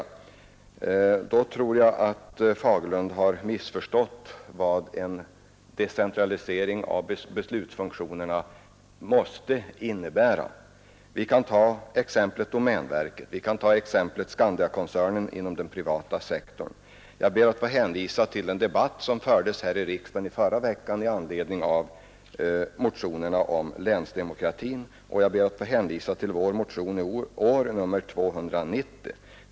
I så fall tror jag att herr Fagerlund har missförstått vad en decentralisering av beslutsfunktionerna måste innebära. Vi kan ta exemplet domänverket inom den statliga sektorn, vi kan ta exemplet Skandiakoncernen inom den privata sektorn. Jag ber att få hänvisa till en debatt i riksdagen förra veckan i anledning av motionerna om länsdemokrati och till vår motion nr 290 i år.